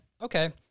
okay